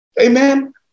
Amen